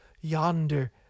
Yonder